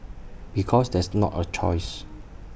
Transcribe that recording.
because that's not A choice